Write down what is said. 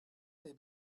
they